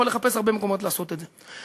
יכול לחפש הרבה מקומות לעשות את זה.